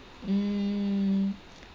mm